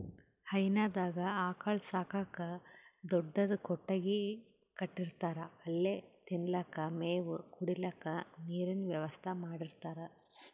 ಹೈನಾದಾಗ್ ಆಕಳ್ ಸಾಕಕ್ಕ್ ದೊಡ್ಡದ್ ಕೊಟ್ಟಗಿ ಕಟ್ಟಿರ್ತಾರ್ ಅಲ್ಲೆ ತಿನಲಕ್ಕ್ ಮೇವ್, ಕುಡ್ಲಿಕ್ಕ್ ನೀರಿನ್ ವ್ಯವಸ್ಥಾ ಮಾಡಿರ್ತಾರ್